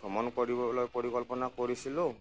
ভ্ৰমণ কৰিবলৈ পৰিকল্পনা কৰিছিলোঁ